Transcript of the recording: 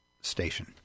station